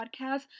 podcast